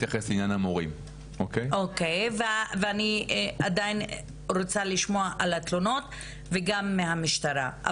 אני רוצה אחר כך לשמוע על התלונות וגם מהמשטרה,